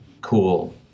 cool